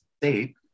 state